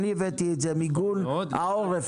אני הבאתי את זה מיגון העורף.